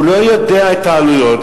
הוא לא יודע את העלויות,